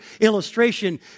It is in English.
illustration